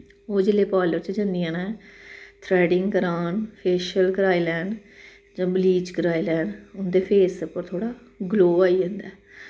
ओह् जेल्लै पार्लर च जंदियां न थ्रैडिंग करान फेशल कराई लैन जां ब्लीच कराई लैन उं'दे फेस उप्पर थोह्ड़ा ग्लो आई जंदा ऐ